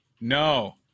No